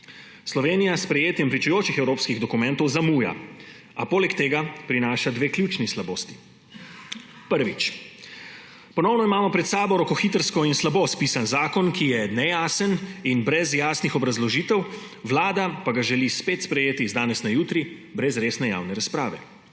Slovenija s sprejetjem pričujočih evropskih dokumentov zamuja, a poleg tega prinaša dve ključni slabosti. Prvič, ponovno imamo pred sabo rokohitrsko in slabo spisan zakon, ki je nejasen in brez jasnih obrazložitev, Vlada pa ga želi spet sprejeti z danes na jutri, brez resne javne razprave.